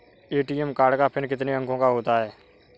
ATM card का पिन कितने अंकों का होता है?